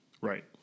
Right